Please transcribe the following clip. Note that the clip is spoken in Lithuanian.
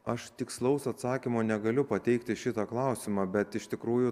aš tikslaus atsakymo negaliu pateikti į šitą klausimą bet iš tikrųjų